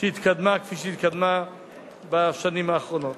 שהתקדמה כפי שהתקדמה בשנים האחרונות.